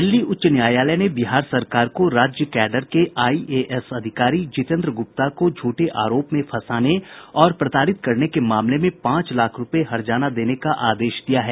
दिल्ली उच्च न्यायालय ने बिहार सरकार को राज्य कैडर के आईएएस अधिकारी जितेन्द्र गुप्ता को झूठे आरोप में फंसाने और प्रताड़ित करने के मामले में पांच लाख रूपये हर्जाना देने का आदेश दिया है